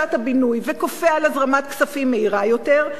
להאצת הבינוי וכופה הזרמת כספים מהירה יותר,